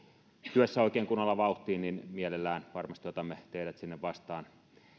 työssä oikein kunnolla vauhtiin mielellämme varmasti otamme teidät sinne vastaan